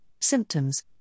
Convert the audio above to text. symptoms